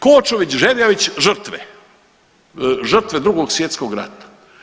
Kočević, Žerjavić žrtve, žrtve Drugog svjetskog rata.